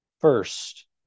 first